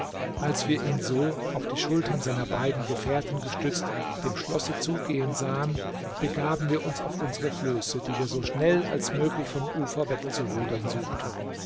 als wir ihn so auf die schultern seiner beiden gefährten gestützt dem schlosse zugehen sahen begaben wir uns auf unsere flöße die wir so schnell als möglich vom ufer wegzurudern suchten